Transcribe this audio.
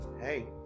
hey